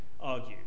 argue